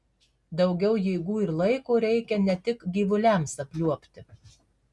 daugiau jėgų ir laiko reikia ne tik gyvuliams apliuobti